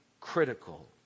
critical